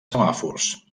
semàfors